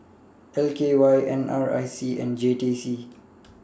L K Y N R I C and J T C